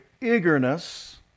eagerness